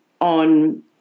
on